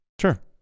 sure